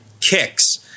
kicks